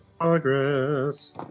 progress